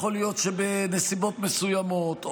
יכול להיות שבנסיבות מסוימות,